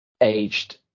aged